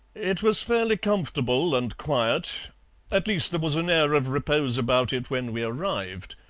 it was fairly comfortable and quiet at least there was an air of repose about it when we arrived.